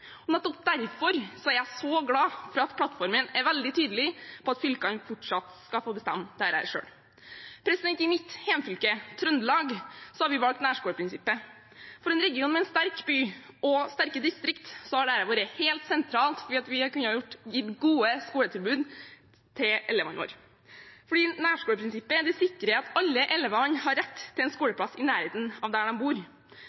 Nettopp derfor er jeg så glad for at plattformen er veldig tydelig på at fylkene fortsatt skal få bestemme dette selv. I mitt hjemfylke, Trøndelag, har vi valgt nærskoleprinsippet. For en region med en sterk by og sterke distrikter har dette vært helt sentralt for at vi har kunnet gi gode skoletilbud til elevene våre. Nærskoleprinsippet sikrer at alle elevene har rett til en